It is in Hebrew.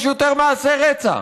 יש יותר מעשי רצח.